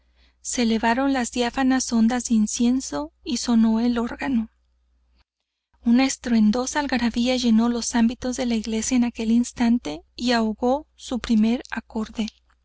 se elevaron las diáfanas ondas del incienso y sonó el órgano una estruendosa algarabía llenó los ámbitos de la iglesia en aquel instante y ahogó su primer acorde